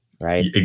right